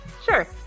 Sure